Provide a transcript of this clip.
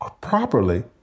properly